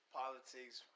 politics